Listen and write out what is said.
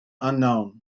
unknown